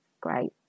great